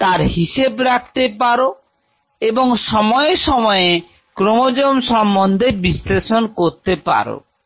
তার হিসেব রাখতে পারো এবং সময়ে সময়ে ক্রোমোজোম সম্বন্ধে বিশ্লেষণ করতে পারো